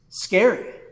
Scary